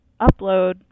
upload